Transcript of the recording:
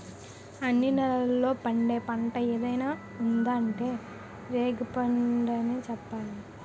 అన్ని నేలల్లో పండే పంట ఏదైనా ఉందా అంటే రేగిపండనే చెప్పాలి